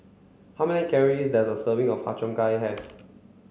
how many calories does a serving of Har Cheong Gai have